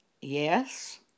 yes